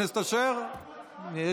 חבר הכנסת אשר, בבקשה.